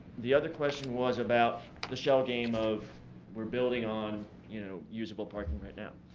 the other question was about the shell game of we're building on you know usable parking right now.